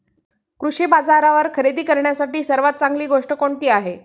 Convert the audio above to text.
कृषी बाजारावर खरेदी करण्यासाठी सर्वात चांगली गोष्ट कोणती आहे?